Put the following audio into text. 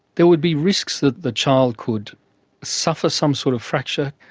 there would be risks that the child could suffer some sort of fracture.